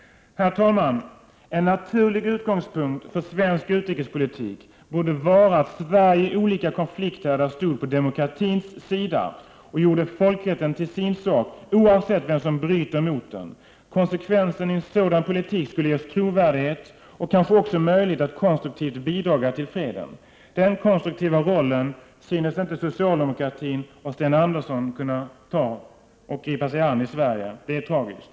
En naturlig utgångspunkt för svensk utrikespolitik borde vara att Sverige i olika konflikthärdar stod på demokratins sida och gjorde folkrätten till sin sak, oavsett vem som bryter mot den. En sådan politik skulle ge oss trovärdighet och kanske också möjlighet att konstruktivt bidraga till freden. Den konstruktiva rollen synes inte socialdemokraterna och Sten Andersson kunna gripa sig an i Sverige. Det är tragiskt.